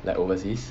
like overseas